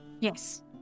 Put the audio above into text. Yes